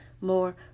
more